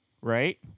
right